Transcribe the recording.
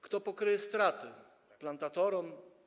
Kto pokryje straty plantatorów?